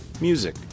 Music